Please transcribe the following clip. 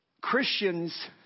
Christians